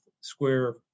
square